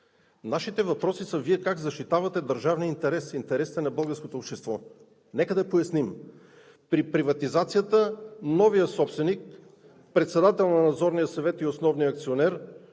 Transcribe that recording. Нашият въпрос е: Вие как защитавате държавния интерес, интересите на българското общество? Нека да поясним – при приватизацията новият собственик – председател на Надзорния съвет и основният акционер,